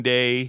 Day